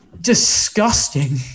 disgusting